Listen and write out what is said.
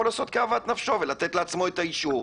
לעשות כאוות נפשו ולתת לעצמו את האישור.